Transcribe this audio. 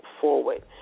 forward